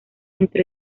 entre